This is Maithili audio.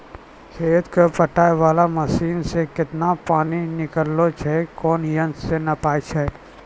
खेत कऽ पटाय वाला मसीन से केतना पानी निकलैय छै कोन यंत्र से नपाय छै